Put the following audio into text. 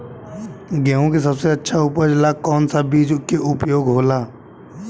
गेहूँ के सबसे अच्छा उपज ला कौन सा बिज के उपयोग होला?